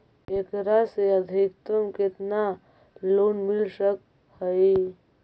एकरा से अधिकतम केतना लोन मिल सक हइ?